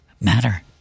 matter